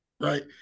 Right